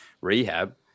rehab